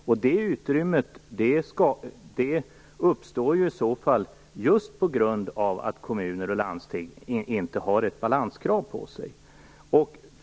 Och det utrymmet uppstår i så fall just på grund av att kommuner och landsting inte har ett balanskrav på sig.